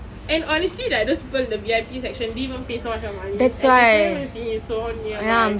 and honestly right those people in the V_I_P section didn't even pay so much of money and they couldn't even see him so near by